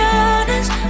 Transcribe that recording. honest